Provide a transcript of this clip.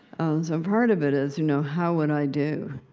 so part of it is, you know, how would i do?